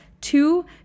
two